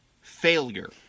failure